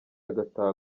agataha